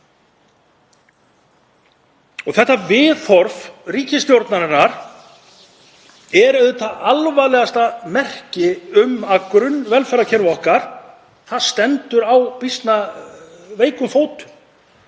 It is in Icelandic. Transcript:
Þetta viðhorf ríkisstjórnarinnar er auðvitað alvarlegasta merkið um að grunnvelferðarkerfi okkar stendur á býsna veikum fótum.